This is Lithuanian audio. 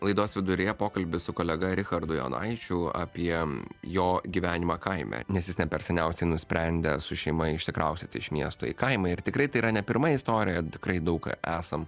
laidos viduryje pokalbis su kolega richardu jonaičiu apie jo gyvenimą kaime nes jis ne per seniausiai nusprendė su šeima išsikraustyti iš miesto į kaimą ir tikrai tai yra ne pirma istorija tikrai daug ką esam